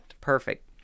perfect